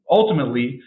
ultimately